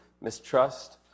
mistrust